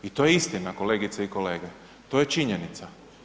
I to je istina kolegice i kolege, to je činjenica.